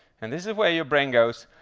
and this is where your brain goes,